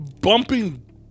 bumping